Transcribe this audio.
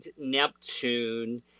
Neptune